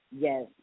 Yes